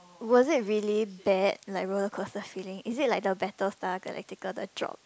was it really bad like roller coaster feeling is it like the Battle-Star-Galactica the drop